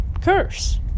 curse